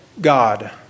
God